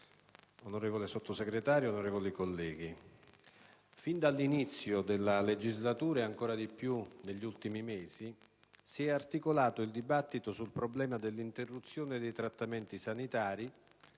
onorevole Sottosegretario, onorevoli colleghi, fin dall'inizio della legislatura, e ancor più negli ultimi mesi, si è articolato il dibattito sul problema dell'interruzione dei trattamenti sanitari,